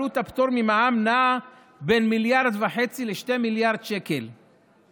עלות הפטור ממע"מ נעה בין 1.5 מיליארד שקל ל-2 מיליארד שקל בשנה.